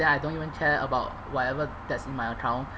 then I don't even care about whatever that's in my account